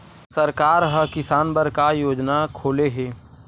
सरकार ह किसान बर का योजना खोले हे?